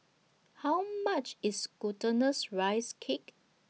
How much IS Glutinous Rice Cake